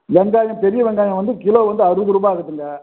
வெங்காயம் பெரிய வெங்காயம் வந்து கிலோ வந்து அறுபது ரூபாய் ஆகுதுங்க